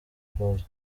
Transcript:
close